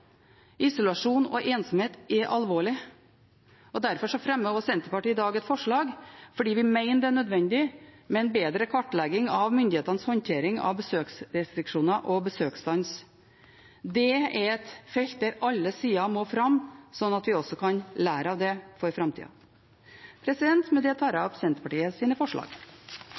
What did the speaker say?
Isolasjon og ensomhet er alvorlig. Derfor fremmer Senterpartiet i dag et forslag – fordi vi mener det er nødvendig – om en bedre kartlegging av myndighetenes håndtering av besøksrestriksjoner og besøksstans. Det er et felt der alle sider må fram, slik at vi kan lære av det for framtida. Med det tar jeg opp Senterpartiets forslag.